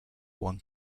won